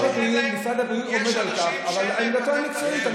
משרד הבריאות עומד על כך, זו עמדתו המקצועית.